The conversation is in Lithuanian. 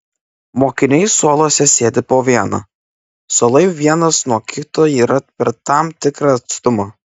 mokiniai suoluose sėdi po vieną suolai vienas nuo kito yra per tam tikrą atstumą